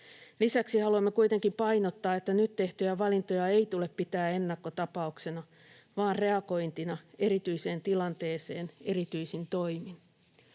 Lisäksi haluamme kuitenkin painottaa, että nyt tehtyjä valintoja ei tule pitää ennakkotapauksena vaan reagointina erityiseen tilanteeseen erityisin toimin.